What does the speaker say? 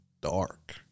dark